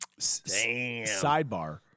Sidebar